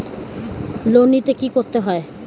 Loan নিতে কী করতে হবে?